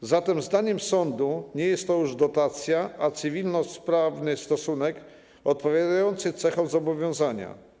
A zatem zdaniem sądu nie jest to już dotacja, a cywilno-prawny stosunek odpowiadający cechom zobowiązania.